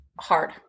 hard